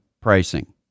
pricing